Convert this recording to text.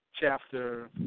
chapter